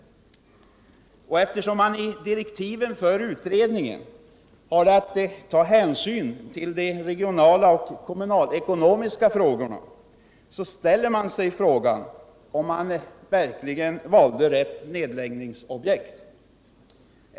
Eftersom utredningen enligt direktiven hade att ta hänsyn till de regionala och kommunalekonomiska aspekterna, ställer jag mig frågan om man verkligen valde rätt nedläggningsobjekt.